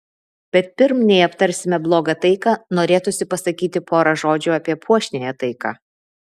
bet pirm nei aptarsime blogą taiką norėtųsi pasakyti porą žodžių apie puošniąją taiką